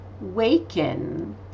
Waken